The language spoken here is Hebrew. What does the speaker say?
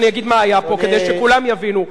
אני אגיד מה היה פה כדי שכולם יבינו.